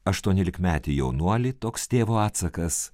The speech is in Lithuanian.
aštuoniolikmetį jaunuolį toks tėvo atsakas